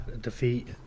Defeat